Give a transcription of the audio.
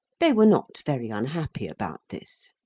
they were not very unhappy about this.